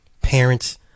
parents